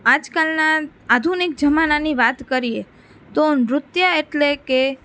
આજકાલના આધુનિક જમાનાની વાત કરીએ તો નૃત્ય એટલે કે